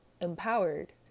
empowered